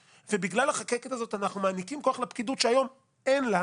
אבל בגלל החקקת הזאת אנחנו מעניקים לפקידות כוח שהיום אין לה